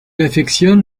affectionne